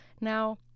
now